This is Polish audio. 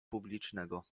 publicznego